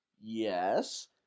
Yes